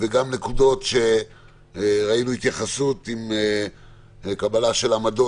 וגם נקודות שראינו התייחסות עם קבלה של עמדות